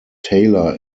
taylor